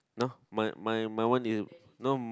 nor my my my one near you nom